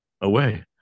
away